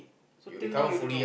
so till now you don't know